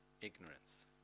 ignorance